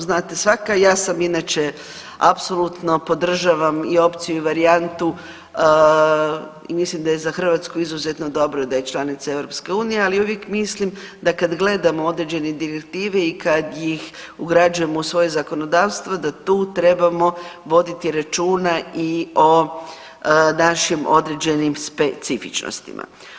Znate, svaka, ja sam inače, apsolutno podržavam i opciju i varijantu i mislim da je za Hrvatsku izuzetno dobro da je članica EU, ali uvijek mislim da kad gledamo određene direktive i kad ih ugrađujemo u svoje zakonodavstvo da tu trebamo voditi računa i o našim određenim specifičnostima.